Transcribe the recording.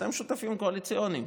אתם שותפים קואליציוניים.